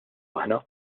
aħna